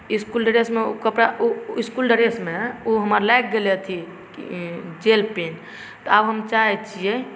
इसकुल ड्रेसमे ओ कपड़ा ओ इसकुल ड्रेसमे ओ हमर लागि गेलै अथी जेल पेन तऽ आब हम चाहै छिए